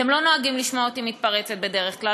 אתם לא נוהגים לשמוע אותי מתפרצת בדרך כלל,